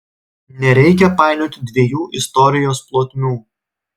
nereikia painioti dviejų istorijos plotmių